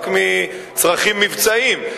רק מצרכים מבצעיים.